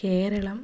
Keralam